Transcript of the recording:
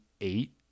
eight